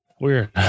weird